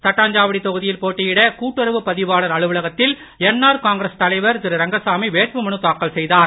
தட்டாஞ்சாவடி தொகுதியில் போட்டியிட கூட்டுறவு பதிவாளர் அலுவலகத்தில் என் ஆர் காங்கிரஸ் தலைவர் திரு ரங்கசாமி வேட்புமனு தாக்கல் செய்தார்